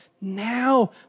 now